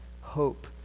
hope